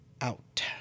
out